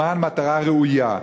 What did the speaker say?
למען מטרה ראויה.